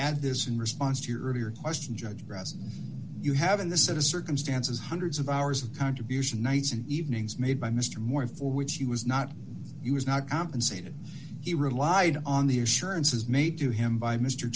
add this in response to your earlier question judge you have in this set of circumstances hundreds of hours of contribution nights and evenings made by mr moore for which he was not the was not compensated he relied on the assurances made to him by mr